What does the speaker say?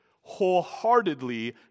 wholeheartedly